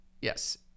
Yes